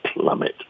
Plummet